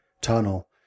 tunnel